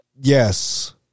Yes